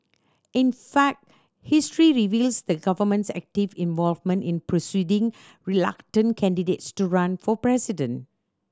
in fact history reveals the government's active involvement in persuading reluctant candidates to run for president